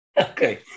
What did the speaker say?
Okay